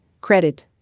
Credit